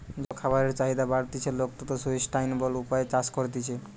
যত খাবারের চাহিদা বাড়তিছে, লোক তত সুস্টাইনাবল উপায়ে চাষ করতিছে